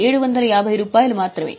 మీకు అర్థం అవుతున్నది కదా